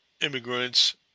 immigrants